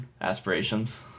Aspirations